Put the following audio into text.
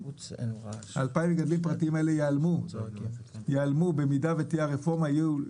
והם ייעלמו אם תהיה הרפורמה הזאת,